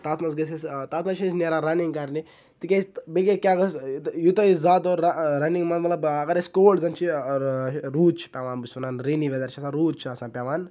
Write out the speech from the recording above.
تَتھ منٛز گٔژھ أسۍ تَتھ منٛز چھِ أسۍ نیران رَننِگ کَرنہِ تہٕ کیازِ بیٚیہِ کیاہ گوٚوس یوٗتاہ یہِ زیادٕ دورِ رَننِگ منٛز اگر مطلب اَسہِ کوٹ زَن چھُ روٗد چھُ پیٚوان بہٕ چھُس وَنان رینی ویدر چھُ آسان روٗد چھُ آسان پیٚوان